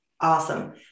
Awesome